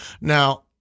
now